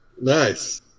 nice